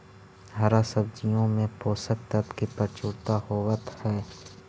हरा सब्जियों में पोषक तत्व की प्रचुरता होवत हई